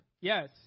Yes